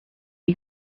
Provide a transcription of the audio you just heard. you